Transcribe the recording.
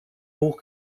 hoch